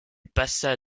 passa